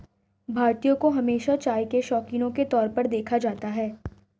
भारतीयों को हमेशा चाय के शौकिनों के तौर पर देखा जाता है